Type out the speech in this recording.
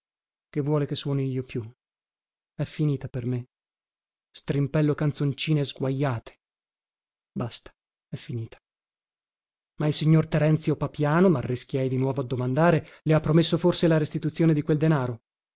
che vuole che suoni io più è finita per me strimpello canzoncine sguajate basta è finita ma il signor terenzio papiano marrischiai di nuovo a domandare le ha promesso forse la restituzione di quel denaro